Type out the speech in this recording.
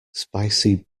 spicy